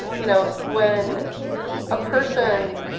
you know, when a person,